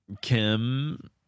Kim